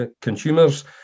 consumers